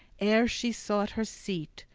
ere she sought her seat,